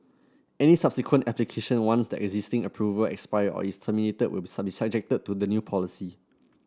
any subsequent application once the existing approval expire or is terminated will be subjected to the new policy